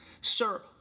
sir